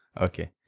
Okay